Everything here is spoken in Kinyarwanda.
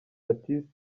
baptiste